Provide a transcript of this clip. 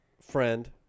friend